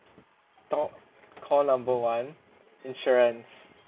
talk call number one insurance